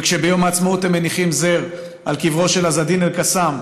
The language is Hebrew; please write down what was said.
כשביום העצמאות הם מניחים זר על קברו של עז א-דין אל-קסאם,